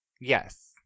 Yes